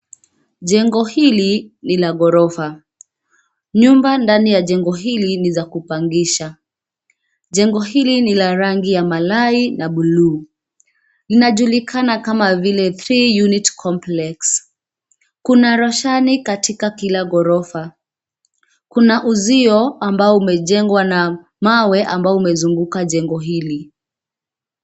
Jengo hili ni la ghorofa. Nyumba ndani ya jengo hili ni za kupangisha. Jengo hili ni la rangi ya malai na bluu. Linajulikana kama vile 3 Unit Complex. Kuna roshani katika kila gorofa. Kuna uzio ambao umejengwa na mawe ambao umezunguka jengo hili.